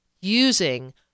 using